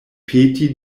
peti